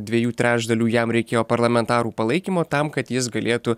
dviejų trečdalių jam reikėjo parlamentarų palaikymo tam kad jis galėtų